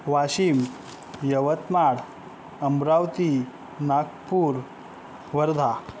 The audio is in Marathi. वाशिम यवतमाळ अमरावती नागपूर वर्धा